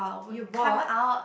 you bought